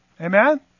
Amen